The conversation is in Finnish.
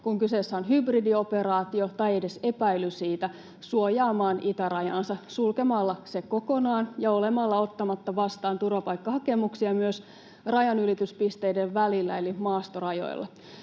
kun kyseessä on hybridioperaatio tai edes epäily siitä, suojaamaan itärajansa sulkemalla sen kokonaan ja olemalla ottamatta vastaan turvapaikkahakemuksia myös rajanylityspisteiden välillä eli maastorajoilla.